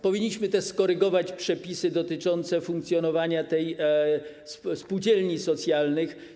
Powinniśmy też skorygować przepisy dotyczące funkcjonowania spółdzielni socjalnych.